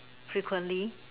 frequently